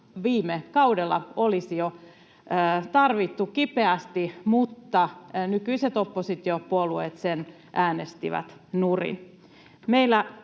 viime kaudella olisi tarvittu kipeästi, mutta nykyiset oppositiopuolueet sen äänestivät nurin.